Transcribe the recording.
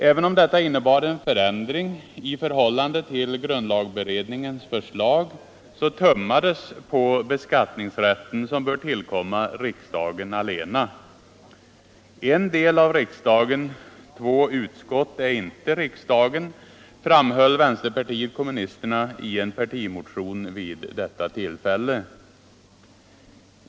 Även om detta innebar en förändring i förhållande till grundlagberedningens förslag, så tummades det på beskattningsrätten som bör tillkomma riksdagen allena. En del av riksdagen — två utskott — är inte riksdagen, framhöll vänsterpartiet kommunisterna i en partimotion vid detta tillfälle.